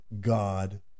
god